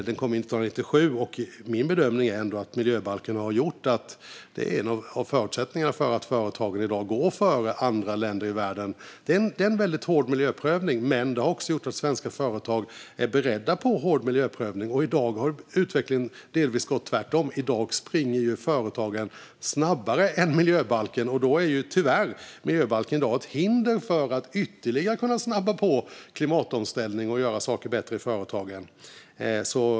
Den kom 1997, och min bedömning är att miljöbalken är en av förutsättningarna för att svenska företag i dag går före andra länder i världen. Det är en väldigt hård miljöprövning, men det har också gjort att svenska företag är beredda på hård miljöprövning. Och utvecklingen har delvis varit tvärtom - i dag springer ju företagen snabbare än miljöbalken. Då är miljöbalken tyvärr ett hinder för att kunna ytterligare snabba på klimatomställningen och göra saker bättre i företagen.